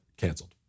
canceled